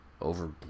over